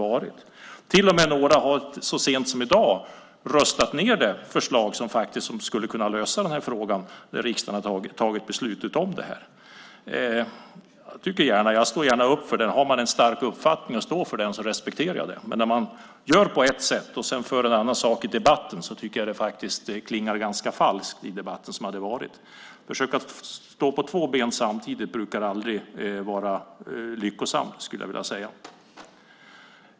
Några har till och med så sent som i dag röstat ned det förslag som faktiskt skulle kunna lösa frågan när riksdagen har tagit beslutet om den. Har man en stark uppfattning och står för den så respekterar jag det. Men när man gör på ett sätt och sedan för fram en annan sak i debatten tycker jag faktiskt att det klingar ganska falskt. Att försöka stå på två ben samtidigt brukar aldrig vara lyckosamt.